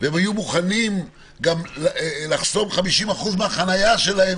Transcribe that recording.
והם היו מוכנים גם לחסום 50% מהחניה שלהם